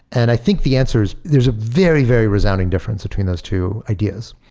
and i think the answer is there's a very, very resounding difference between those two ideas.